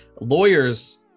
lawyers